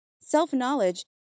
Self-knowledge